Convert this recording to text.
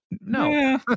No